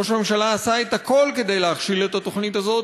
ראש הממשלה עשה את הכול כדי להכשיל את התוכנית הזאת,